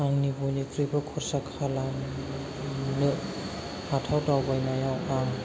आंनि बयनिफ्रायबो खरसा खालामनो हाथाव दावबायनायाव आं